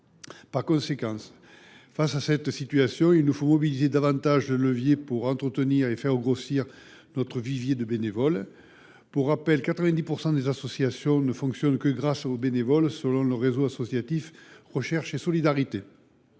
et juin 2023. Devant cette situation, il nous faut actionner davantage de leviers pour entretenir et faire grossir notre vivier de bénévoles. Pour rappel, 90 % des associations fonctionnent seulement grâce à ces derniers, selon le réseau associatif Recherches et solidarités.